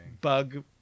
bug